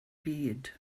byd